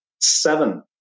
seven